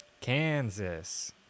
Kansas